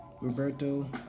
Roberto